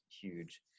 huge